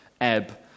ebb